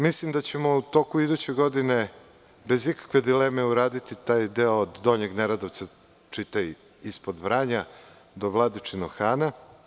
Mislim da ćemo u toku iduće godine bez ikakve dileme uraditi taj deo od Donjeg Neredovca, čitaj i ispod Vranja do Vladičinog Hana.